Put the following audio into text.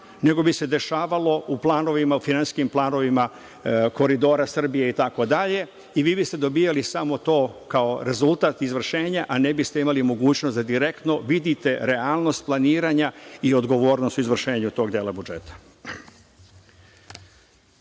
nego bi se dešavalo u planovima, finansijskim planovima Koridora Srbije itd, i vi biste dobijali samo to kao rezultat izvršenja, a ne biste imali mogućnost da direktno vidite realnost planiranja i odgovornost u izvršenju tog dela budžeta. Mogu